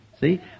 See